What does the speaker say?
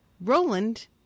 Roland